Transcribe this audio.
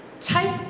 Take